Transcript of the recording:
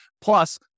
Plus